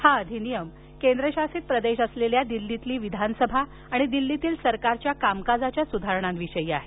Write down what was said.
हा अधिनियम केंद्रशासित प्रदेश असलेल्या दिल्लीतील विधानसभा आणि दिल्लीतील सरकारच्या कामकाजाच्या सुधारणांविषयी आहे